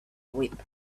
whip